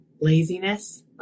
laziness